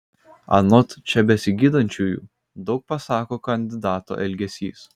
anot čia besigydančiųjų daug pasako kandidato elgesys